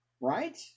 right